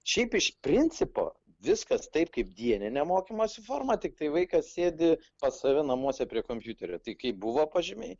šiaip iš principo viskas taip kaip dieninę mokymosi formą tiktai vaikas sėdi pas save namuose prie kompiuterio tai kaip buvo pažymiai